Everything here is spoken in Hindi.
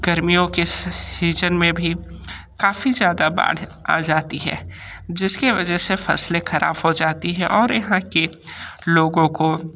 गर्मियों के सीजन में भी काफ़ी ज़्यादा बाढ़ आ जाती है जिस के वजह से फ़सलें ख़राब हो जाती हैं और यहाँ के लोगों को